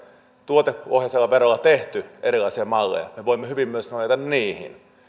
tuotepohjaiselle verolle tehty erilaisia malleja niin me voimme hyvin myös nojata niihin